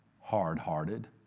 hard-hearted